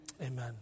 Amen